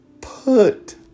put